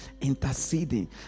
interceding